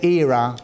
era